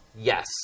yes